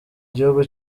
gihugu